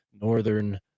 northern